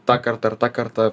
ta karta ar ta karta